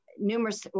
numerous